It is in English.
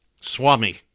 Swami